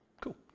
Cool